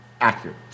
accurate